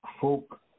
folk